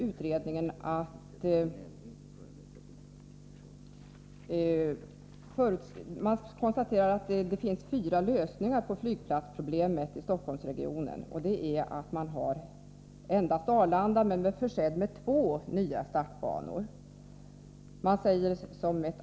Utredningen konstaterade att det finns fyra lösningar på flygplatsproblemet i Stockholmsregionen: 2.